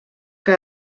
que